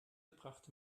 brachte